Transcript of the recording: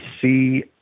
see